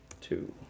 two